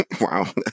Wow